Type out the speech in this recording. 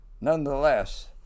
Nonetheless